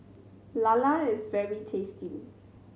lala is very tasty